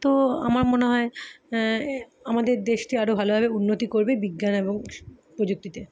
তো আমার মনে হয় আমাদের দেশটি আরো ভালোভাবে উন্নতি করবে বিজ্ঞান এবং প্রযুক্তিতে